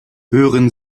hören